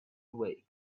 away